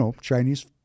Chinese